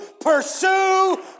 pursue